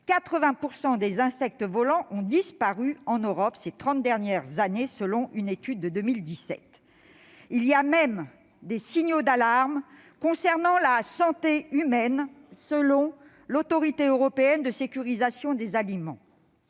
80 % des insectes volants ont disparu en Europe ces trente dernières années selon une étude de 2017. Il y a même des signaux d'alarme concernant la santé humaine, selon l'Autorité européenne de sécurité des aliments.